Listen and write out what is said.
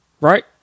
right